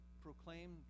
proclaim